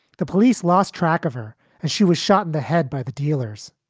the police lost track of her and she was shot in the head by the dealers.